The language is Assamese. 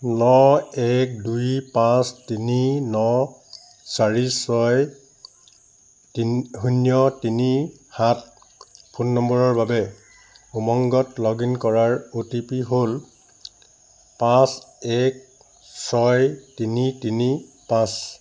ন এক দুই পাঁচ তিনি ন চাৰি ছয় তি শূন্য তিনি সাত ফোন নম্বৰৰ বাবে উমংগত লগ ইন কৰাৰ অ'টিপি হ'ল পাঁচ এক ছয় তিনি তিনি পাঁচ